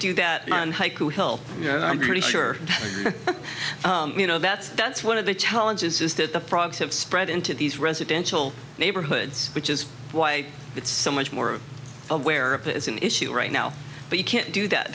do that on haiku hill you know and i'm pretty sure you know that's that's one of the challenges is that the frogs have spread into these residential neighborhoods which is why it's so much more aware of it is an issue right now but you can't do that